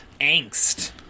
Angst